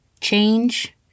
change